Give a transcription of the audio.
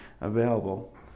available